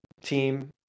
Team